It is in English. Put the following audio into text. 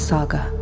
Saga